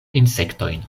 insektojn